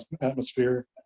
atmosphere